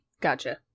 Gotcha